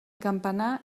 campanar